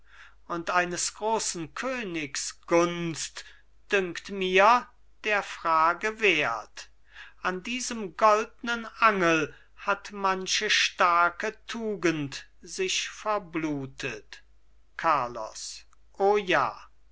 und eines großen königs gunst dünkt mir der frage wert an diesem goldnen angel hat manche starke tugend sich verblutet carlos o ja